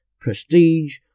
prestige